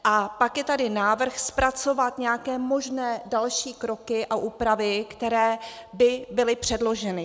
A pak je tady návrh zpracovat nějaké možné další kroky a úpravy, které by byly předloženy.